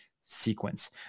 sequence